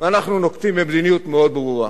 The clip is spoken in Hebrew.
אנחנו נוקטים מדיניות מאוד ברורה.